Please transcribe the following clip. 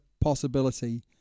possibility